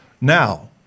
Now